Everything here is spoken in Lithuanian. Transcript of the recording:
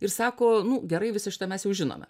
ir sako nu gerai visą šitą mes jau žinome